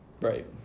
Right